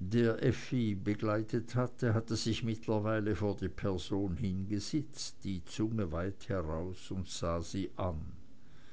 der effi begleitet hatte hatte sich mittlerweile vor die person hingesetzt die zunge weit heraus und sah sie an